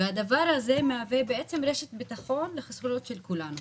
והדבר הזה מהווה בעצם רשת ביטחון לחסכונות של כולנו,